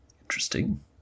interesting